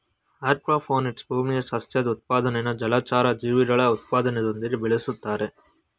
aquaponics ಭೂಮಿಯ ಸಸ್ಯದ್ ಉತ್ಪಾದನೆನಾ ಜಲಚರ ಜೀವಿಗಳ ಉತ್ಪಾದನೆಯೊಂದಿಗೆ ಬೆಳುಸ್ತಾರೆ